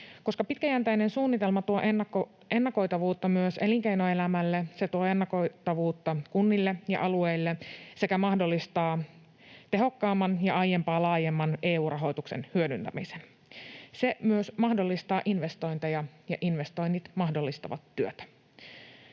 Koska pitkäjänteinen suunnitelma tuo ennakoitavuutta myös elinkeinoelämälle, se tuo ennakoitavuutta kunnille ja alueille sekä mahdollistaa tehokkaamman ja aiempaa laajemman EU-rahoituksen hyödyntämisen. Se myös mahdollistaa investointeja, ja investoinnit mahdollistavat työtä.